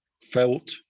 felt